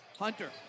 Hunter